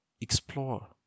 Explore